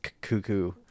cuckoo